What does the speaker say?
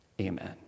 Amen